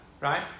right